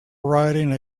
riding